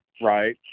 right